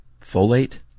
folate